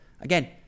again